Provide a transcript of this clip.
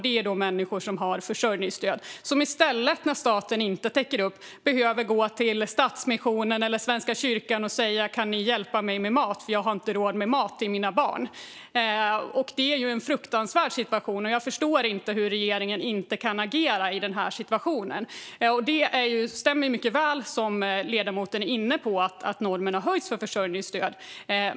Det är människor som har försörjningsstöd och som när staten inte täcker upp behöver gå till Stadsmissionen eller Svenska kyrkan och säga: "Kan ni hjälpa mig med mat? Jag har inte råd med mat till mina barn." Det är en fruktansvärd situation, och jag förstår inte hur regeringen inte kan agera i den här situationen. Det stämmer mycket väl, som ledamoten är inne på, att normen har höjts för försörjningsstöd.